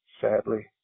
sadly